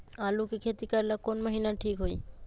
आलू के खेती करेला कौन महीना ठीक होई?